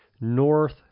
north